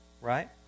right